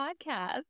podcast